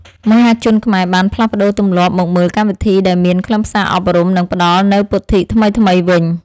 មហាជនខ្មែរបានផ្លាស់ប្តូរទម្លាប់មកមើលកម្មវិធីដែលមានខ្លឹមសារអប់រំ និងផ្តល់នូវពុទ្ធិថ្មីៗវិញ។